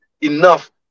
enough